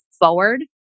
forward